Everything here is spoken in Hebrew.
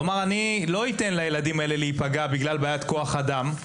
לומר אני לא אתן לילדים האלו להיפגע בגלל בעיית כוח אדם.